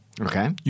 Okay